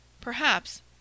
Perhaps—